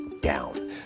down